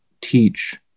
teach